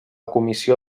comissió